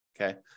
okay